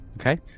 Okay